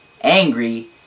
angry